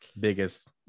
biggest